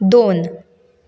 दोन